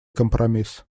компромисс